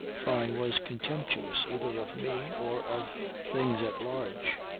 fyne was contemptuous either of me or of things at large.